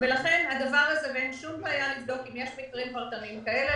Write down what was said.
אם יש מקרים פרטניים כאלה,